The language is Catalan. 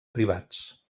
privats